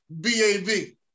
BAV